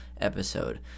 episode